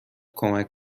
کمک